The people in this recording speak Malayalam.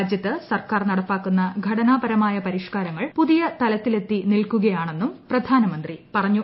രാജ്യത്ത് സർക്കാർ നടപ്പാക്കുന്ന ഘടനാപരമായ പരിഷ്കാരങ്ങൾ പുതിയ തലത്തിലെത്തി നിൽക്കുകയാണെന്നും പ്രധാനമന്ത്രി പറഞ്ഞു